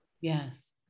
Yes